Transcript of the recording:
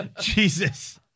jesus